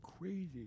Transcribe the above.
crazy